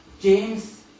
James